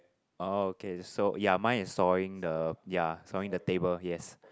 oh okay so ya mine is sawing the ya sawing the table yes